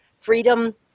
freedom